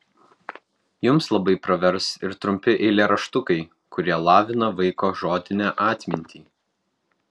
jums labai pravers ir trumpi eilėraštukai kurie lavina vaiko žodinę atmintį